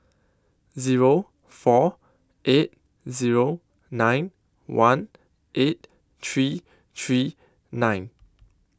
Zero four eight Zero nine one eight three three nine